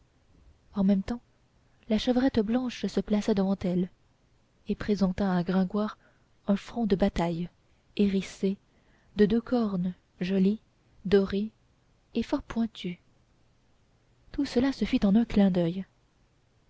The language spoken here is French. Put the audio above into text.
en même temps la chevrette blanche se plaça devant elle et présenta à gringoire un front de bataille hérissé de deux cornes jolies dorées et fort pointues tout cela se fit en un clin d'oeil